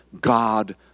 God